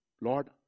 Lord